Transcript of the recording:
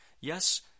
Yes